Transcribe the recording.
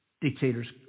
Dictators